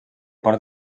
port